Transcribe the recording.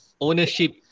ownership